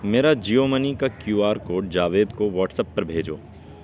میرا جیو منی کا Q R code Javed کو واٹسپ پر بھیجو